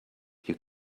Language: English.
you